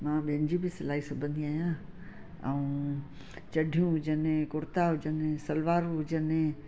मां ॿियनि जी बि सिलाई सिबंदी आहियां ऐं चढियूं हुजनि कुर्ता हुजनि सलवार हुजनि